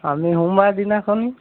আমি সোমবাৰৰ দিনাখন